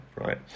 right